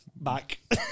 Back